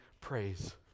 praise